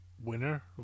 winner